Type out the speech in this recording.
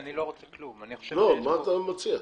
מה אתה מציע?